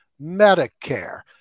Medicare